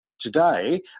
today